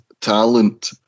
talent